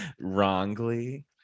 Wrongly